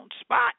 spot